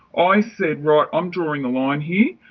i said, right, i'm drawing a line here,